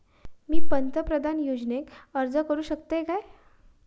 मी पंतप्रधान योजनेक अर्ज करू शकतय काय?